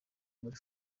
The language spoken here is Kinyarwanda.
muri